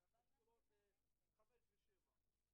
אלי אלאלוף (יו"ר ועדת העבודה, הרווחה והבריאות):